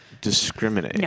discriminate